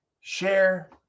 Share